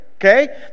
okay